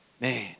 man